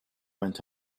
went